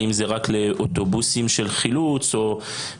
האם זה רק לאוטובוסים של חילוץ או האם